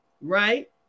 Right